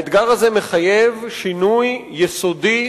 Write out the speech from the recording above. האתגר הזה מחייב שינוי יסודי,